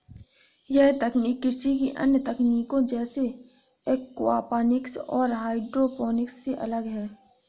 यह तकनीक कृषि की अन्य तकनीकों जैसे एक्वापॉनिक्स और हाइड्रोपोनिक्स से अलग है